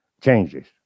changes